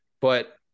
But-